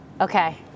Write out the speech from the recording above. Okay